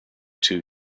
two